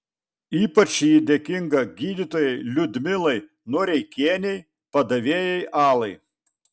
ypač ji dėkinga gydytojai liudmilai noreikienei padavėjai alai